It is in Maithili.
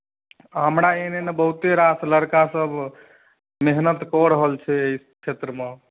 आ हमरा एहन एहन बहुते रास लड़कासभ मेहनत कऽ रहल छै एहि क्षेत्रमे